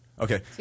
Okay